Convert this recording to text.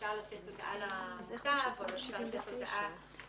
שאפשר לתת הודעה בכתב או אפשר לתת הודעה